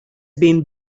been